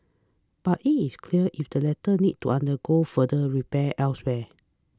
but it is clear if the latter need to undergo further repairs elsewhere